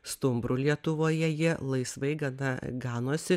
stumbrų lietuvoje jie laisvai gana ganosi